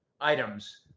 items